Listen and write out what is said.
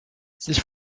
sich